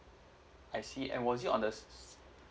I see was it on the